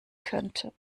könnte